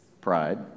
pride